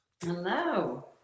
hello